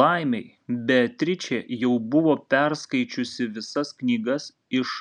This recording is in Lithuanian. laimei beatričė jau buvo perskaičiusi visas knygas iš